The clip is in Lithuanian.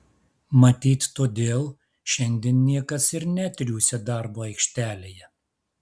matyt todėl šiandien niekas ir netriūsia darbo aikštelėje